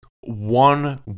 One